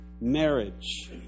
marriage